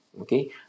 okay